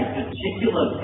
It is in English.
particular